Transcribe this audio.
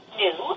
new